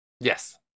Yes